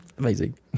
Amazing